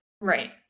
Right